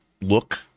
look